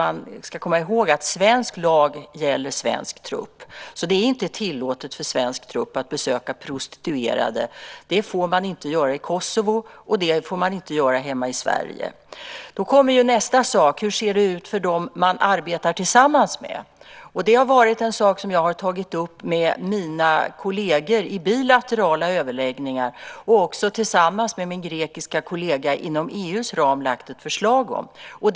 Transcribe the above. Vi ska komma ihåg att svensk lag gäller för svensk trupp, så det är inte tillåtet för svensk trupp att besöka prostituerade. Det får man inte göra i Kosovo, och det får man inte göra hemma i Sverige. Då uppstår nästa fråga, hur det ser ut för dem man arbetar tillsammans med. Det är en fråga som jag har tagit upp med mina kolleger i bilaterala överläggningar och också tillsammans med min grekiska kollega lagt fram ett förslag om inom ramen för EU.